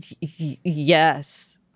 Yes